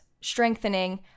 strengthening